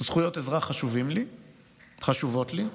זכויות אזרח חשובות לי,